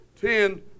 ten